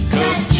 Cause